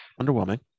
underwhelming